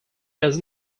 does